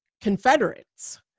Confederates